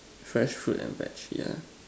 fresh fruit and veg ya